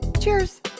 Cheers